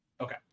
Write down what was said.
Okay